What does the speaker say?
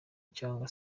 cyangwa